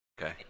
Okay